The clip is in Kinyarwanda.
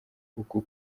uku